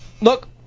Look